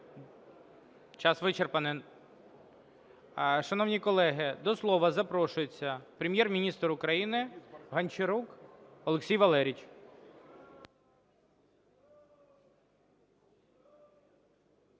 час вичерпаний. Шановні колеги, до слова запрошується Прем'єр-міністр України Гончарук Олексій Валерійович.